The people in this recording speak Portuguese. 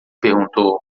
perguntou